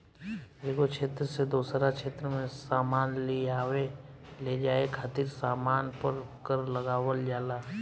एगो क्षेत्र से दोसरा क्षेत्र में सामान लेआवे लेजाये खातिर सामान पर कर लगावल जाला